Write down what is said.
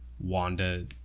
Wanda